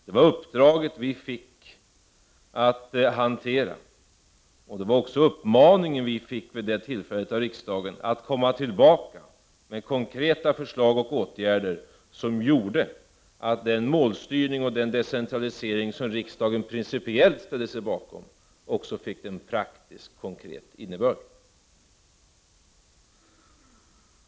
Det var det uppdrag som vi fick att hantera och det var också dent uppmaning som vi vid det tillfället fick av riksdagen — att komma tillbaka med konkreta förslag till åtgärder — som gjorde att den målstyrning och decentralisering som riksdagen principiellt ställde sig bakom också fick praktisk, konkret innebörd.